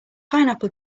pineapple